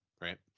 right